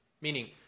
Meaning